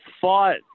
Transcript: fought